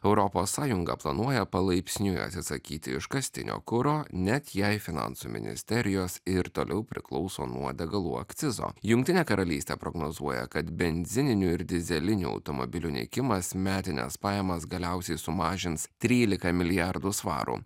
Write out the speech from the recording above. europos sąjunga planuoja palaipsniui atsisakyti iškastinio kuro net jei finansų ministerijos ir toliau priklauso nuo degalų akcizo jungtinė karalystė prognozuoja kad benzininių ir dyzelinių automobilių nykimas metines pajamas galiausiai sumažins trylika milijardų svarų